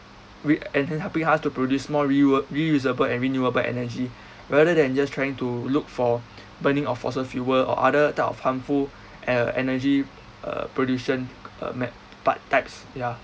we and then helping us to produce more rewe~ reusable and renewable energy rather than just trying to look for burning of fossil fuel or other type of harmful uh energy uh pollution uh map part types ya